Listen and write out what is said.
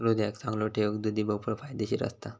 हृदयाक चांगलो ठेऊक दुधी भोपळो फायदेशीर असता